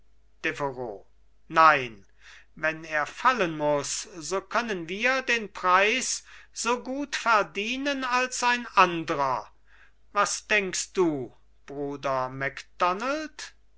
nein wenn er fallen muß so können wir den preis so gut verdienen als ein andrer was denkst du bruder macdonald